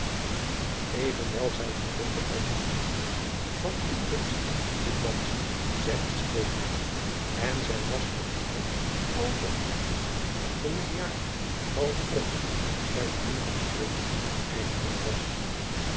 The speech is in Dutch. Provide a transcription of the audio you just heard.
venwel zij had er nog al goeden moed op want goed beest goed mans zegt t spreekwoord en zij was met idel al zoo familiaar als of het bij manier van spreken haar eigen hond was